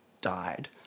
died